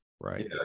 right